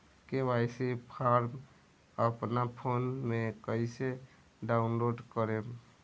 KYC form अपना phone मे कइसे डाऊनलोड करेम?